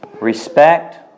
respect